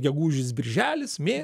gegužis birželis mė